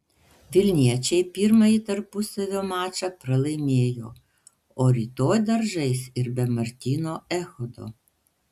vilniečiai pirmąjį tarpusavio mačą pralaimėjo o rytoj dar žais ir be martyno echodo